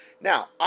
Now